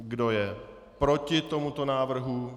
Kdo je proti tomuto návrhu?